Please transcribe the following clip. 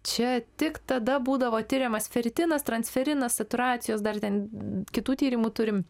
čia tik tada būdavo tiriamas feritinas transferinas saturacijos dar ten kitų tyrimų turim